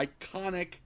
iconic